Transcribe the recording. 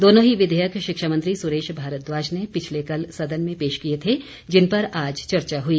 दोनों ही विधेयक शिक्षा मंत्री सुरेश भारद्वाज ने पिछले कल सदन में पेश किए थे जिन पर आज चर्चा हई